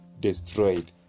destroyed